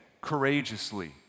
courageously